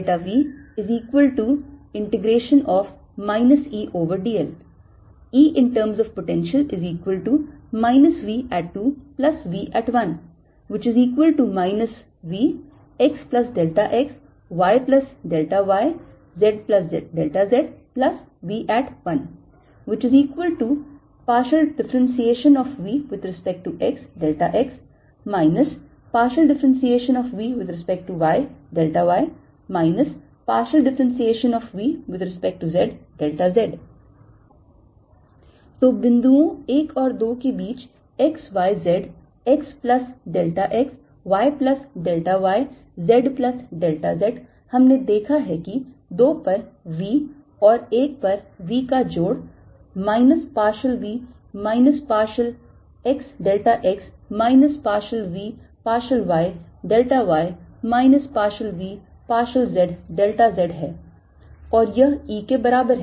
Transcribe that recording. V Edl Ein terms of potential V2V1 VxxyyzzV1 ∂V∂xx ∂V∂yy ∂V∂zz तो बिंदुओं1 और 2 के बीच x y z x plus delta x y plus delta y z plus delta z हमने देखा है कि 2 पर v और1 पर v का जोड़ minus partial v minus partial x delta x minus partial v partial y delta y minus partial v partial z delta z है और यह E के बराबर है